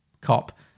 cop